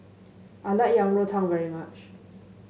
I like Yang Rou Tang very much